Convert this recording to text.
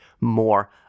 more